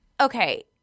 okay